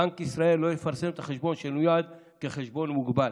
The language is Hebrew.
בנק ישראל לא יפרסם את החשבון שנויד כחשבון מוגבל.